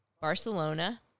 barcelona